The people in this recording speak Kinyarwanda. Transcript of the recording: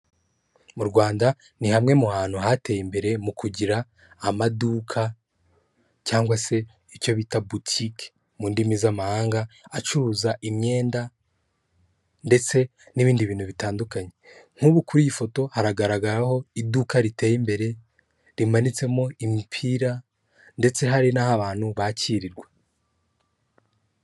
Mu Rwanda ni hamwe mu hantu hateye imbere mu kugira amaduka cyangwa se icyo bita botike mu ndimi z'amahanga acuruza imyenda ndetse n'ibindi bintu bitandukanye, nk'ubu kuri iyi foto haragaragaraho iduka riteye imbere rimanitsemo imipira ndetse hari n'abantu bakirirwa.